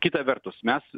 kita vertus mes